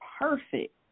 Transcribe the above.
perfect